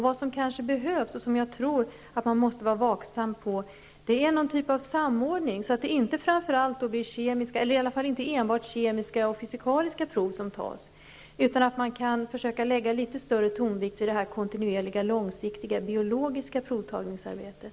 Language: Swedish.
Vad som kanske behövs och vad jag tror att man måste vara vaksam på är någon typ av samordning så att det inte enbart blir kemiska och fysikaliska prov som tas, utan att man kan försöka lägga litet större vikt vid det kontinuerliga, långsiktiga, biologiska provtagningsarbetet.